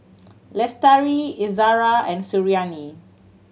Lestari Izara and Suriani